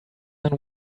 than